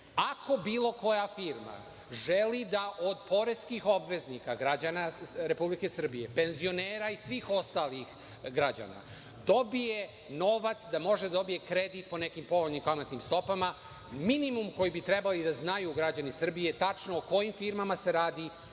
bilo koja firma želi da od poreskih obveznika, građana Republike Srbije, penzionera i svih ostalih građana, dobije novac da može da dobije kredit po nekim povoljnim kamatnim stopama, minimum koji bi trebali da znaju građani Srbije je tačno o kojim firmama se radi,